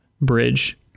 bridge